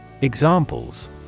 Examples